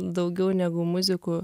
daugiau negu muziku